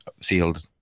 sealed